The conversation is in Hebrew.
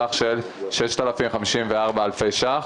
בסך 6,054 אלפי ש"ח.